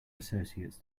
associates